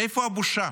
איפה הבושה?